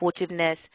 supportiveness